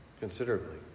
considerably